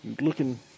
looking